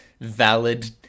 valid